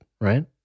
right